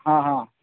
हां हां